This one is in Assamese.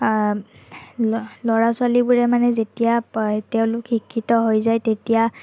ল'ৰা ছোৱালীবোৰে মানে যেতিয়া তেওঁলোক শিক্ষিত হৈ যায় তেতিয়া